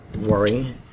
worry